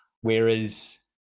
whereas